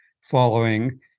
following